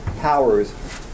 powers